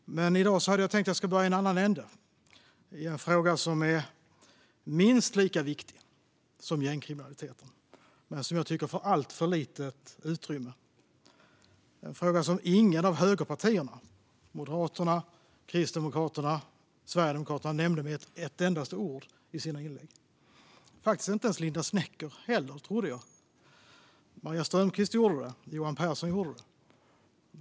Men i dag hade jag tänkt börja i en annan ände, med en fråga som är minst lika viktig som gängkriminaliteten men som jag tycker får alltför lite utrymme. Det är en fråga som inget av högerpartierna - Moderaterna, Kristdemokraterna och Sverigedemokraterna - nämnde med ett endaste ord i sina inlägg. Inte ens Linda Westerlund Snecker gjorde det, vilket jag trodde att hon skulle. Maria Strömkvist gjorde det. Johan Pehrson gjorde det.